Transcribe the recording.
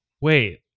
Wait